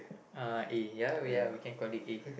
uh A ya ya we can call it A